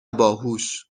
باهوش